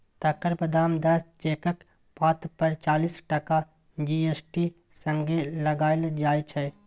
तकर बादक दस चेकक पात पर चालीस टका जी.एस.टी संगे लगाएल जाइ छै